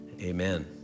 amen